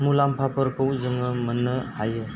मुलाम्फाफोरखौ जोङो मोननो हायो